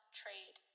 trade